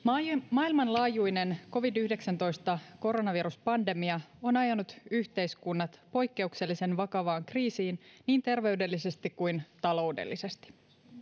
maailmanlaajuinen covid yhdeksäntoista koronaviruspandemia on ajanut yhteiskunnat poikkeuksellisen vakavaan kriisiin niin terveydellisesti kuin taloudellisesti